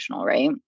right